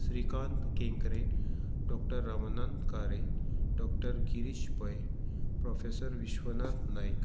Shrikant Kenkre doctor Ramanant Kare doctor Girish Pai professor Vishwanath Naik